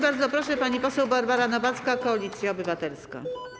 Bardzo proszę, pani poseł Barbara Nowacka, Koalicja Obywatelska.